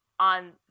on